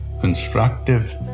constructive